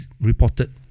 reported